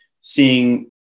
seeing